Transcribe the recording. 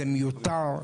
זה מיותר,